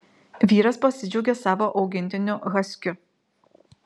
vyras pasidžiaugė savo augintiniu haskiu